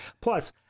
Plus